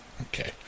Okay